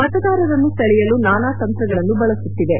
ಮತದಾರರನ್ನು ಸೆಳೆಯಲು ನಾನಾ ತಂತ್ರಗಳನ್ನು ಬಳಸುತ್ತಿವೆ